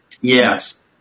Yes